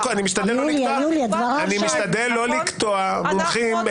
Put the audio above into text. משתדל לא לקטוע מומחים.